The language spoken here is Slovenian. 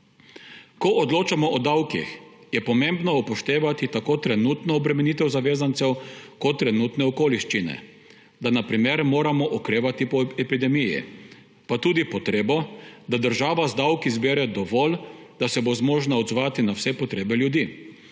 Ko odločamo o davkih, je pomembno upoštevati tako trenutno obremenitev zavezancev kot trenutne okoliščine, da na primer moramo okrevati po epidemiji, pa tudi potrebo, da država z davki zbere dovolj, da se bo zmožna odzvati na vse potrebe ljudi.